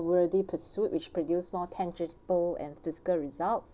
worthy pursuit which produce more tangible and physical results